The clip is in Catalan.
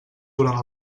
durant